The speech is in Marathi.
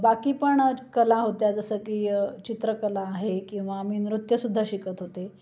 बाकी पण कला होत्या जसं की चित्रकला आहे किंवा मी नृत्य सुद्धा शिकत होते